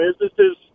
businesses